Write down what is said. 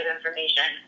information